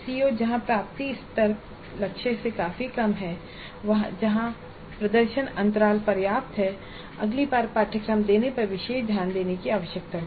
CO जहां प्राप्ति का स्तर लक्ष्य से काफी कम है जहां प्रदर्शन अंतराल पर्याप्त हैं अगली बार पाठ्यक्रम देने पर विशेष ध्यान देने की आवश्यकता होगी